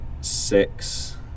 six